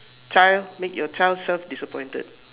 child make your child self disappointed